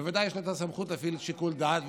בוודאי שיש סמכות להפעיל שיקול דעת,